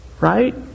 Right